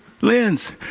lens